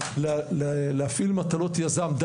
להפעיל מטלות יזם,